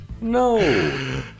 No